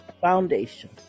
Foundation